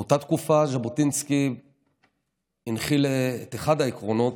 באותה תקופה ז'בוטינסקי הנחיל את אחד העקרונות,